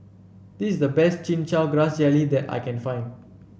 this the best Chin Chow Grass Jelly that I can find